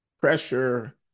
pressure